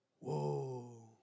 whoa